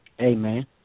Amen